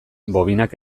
bobinak